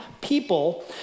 people